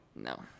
No